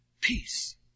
peace